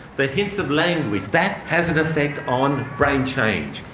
the hints of language that has an effect on brain change.